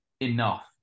enough